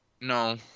No